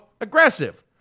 aggressive